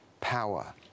power